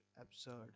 absurd